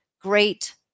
great